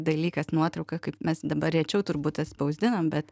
dalykas nuotrauka kaip mes dabar rečiau turbūt atspausdinam bet